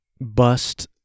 bust